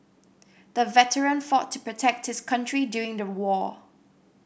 the veteran fought to protect his country during the war